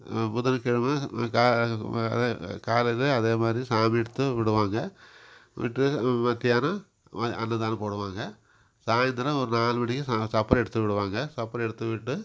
புதன் கிழமை காலையில் அதே மாதிரி சாமி எடுத்து விடுவாங்க விட்டு மத்தியானம் வா அன்னதானம் போடுவாங்க சாய்ந்தரம் ஒரு நாலு மணிக்கு சா சப்பரம் எடுத்து விடுவாங்க சப்பரம் எடுத்து விட்டு